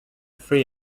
free